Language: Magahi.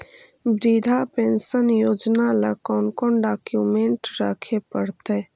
वृद्धा पेंसन योजना ल कोन कोन डाउकमेंट रखे पड़तै?